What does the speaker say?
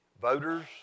voters